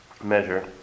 Measure